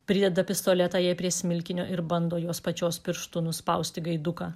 prideda pistoletą jai prie smilkinio ir bando jos pačios pirštu nuspausti gaiduką